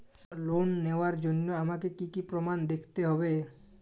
Loan নেওয়ার জন্য আমাকে কী কী প্রমাণ দেখতে হবে?